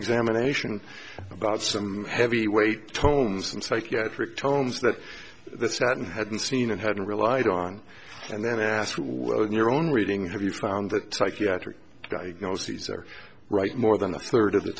examination about some heavyweight tones and psychiatric terms that the sat in hadn't seen and hadn't relied on and then ask your own reading have you found that psychiatric diagnoses are right more than a third of the